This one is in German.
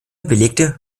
belegte